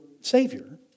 Savior